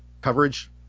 coverage